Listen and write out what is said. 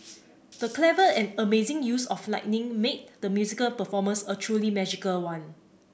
the clever and amazing use of lighting made the musical performance a truly magical one